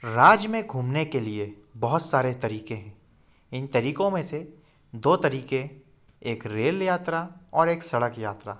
राज्य मे घूमने के लिए बहुत सारे तरीक़े इन तरीक़ों मे से दो तरीक़े एक रेल यात्रा और एक सड़क यात्रा